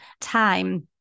time